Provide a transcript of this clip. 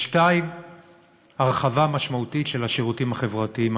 2. הרחבה משמעותית של השירותים החברתיים.